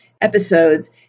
episodes